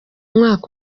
myaka